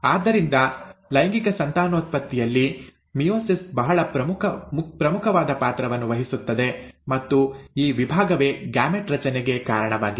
ಆದ್ದರಿಂದ ಲೈಂಗಿಕ ಸಂತಾನೋತ್ಪತ್ತಿಯಲ್ಲಿ ಮಿಯೋಸಿಸ್ ಬಹಳ ಮುಖ್ಯವಾದ ಪಾತ್ರವನ್ನು ವಹಿಸುತ್ತದೆ ಮತ್ತು ಈ ವಿಭಾಗವೇ ಗ್ಯಾಮೆಟ್ ರಚನೆಗೆ ಕಾರಣವಾಗಿದೆ